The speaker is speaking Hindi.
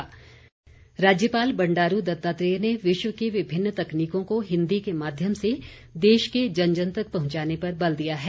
राज्यपाल राज्यपाल बंडारू दत्तात्रेय ने विश्व की विभिन्न तकनीकों को हिन्दी के माध्यम से देश के जन जन तक पहुंचाने पर बल दिया है